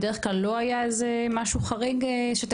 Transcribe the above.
בדרך כלל לא היה איזה משהו חריג שאתה